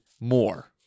more